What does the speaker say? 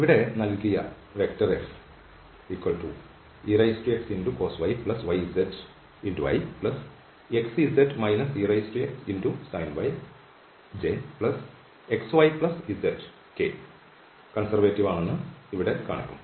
ഇവിടെ ഈ നൽകിയ vector Fexcos yyz ijxyzk conservative ആണെന്ന് ഇവിടെ കാണിക്കും